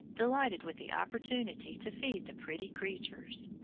delighted with the opportunity to feed the pretty creatures.